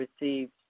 received